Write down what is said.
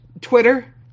Twitter